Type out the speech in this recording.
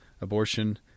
abortion